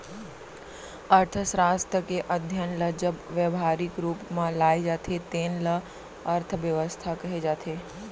अर्थसास्त्र के अध्ययन ल जब ब्यवहारिक रूप म लाए जाथे तेन ल अर्थबेवस्था कहे जाथे